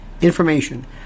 information